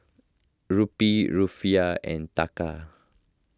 Rupee Rufiyaa and Taka